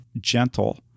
gentle